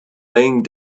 laying